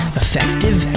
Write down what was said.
effective